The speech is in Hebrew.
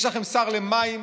יש לכם שר למים,